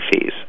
fees